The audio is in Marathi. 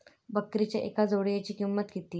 बकरीच्या एका जोडयेची किंमत किती?